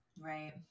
right